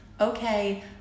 okay